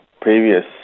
previous